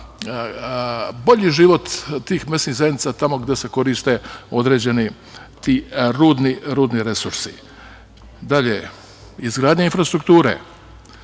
bolji život tih mesnih zajednica tamo gde se koriste određeni ti rudni resursi. Dalje, izgradnja infrastrukture,